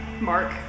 Mark